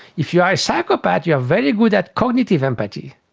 if you are a psychopath, you are very good at cognitive empathy,